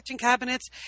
cabinets